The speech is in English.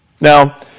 Now